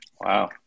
wow